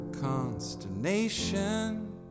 consternation